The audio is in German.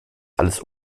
alles